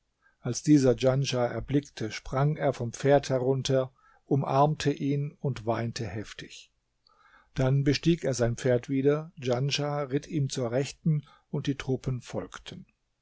als dieser djanschah erblickte sprang er vom pferd herunter umarmte ihn und weinte heftig dann bestieg er sein pferd wieder djanschah ritt ihm zur rechten und die truppen folgten